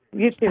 you too.